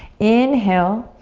inhale.